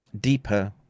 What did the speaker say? deeper